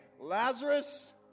Lazarus